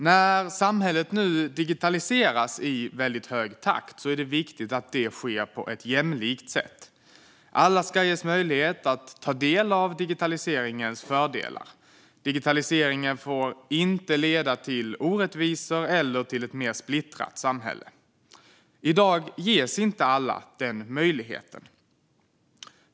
När samhället nu digitaliseras i hög takt är det viktigt att det sker på ett jämlikt sätt. Alla ska ges möjlighet att ta del av digitaliseringens fördelar; digitaliseringen får inte leda till orättvisor eller till ett mer splittrat samhälle. I dag ges inte alla den möjligheten.